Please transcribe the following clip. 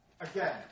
again